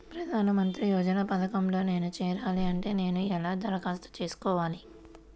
ప్రధాన మంత్రి యోజన పథకంలో నేను చేరాలి అంటే నేను ఎలా దరఖాస్తు చేసుకోవాలి?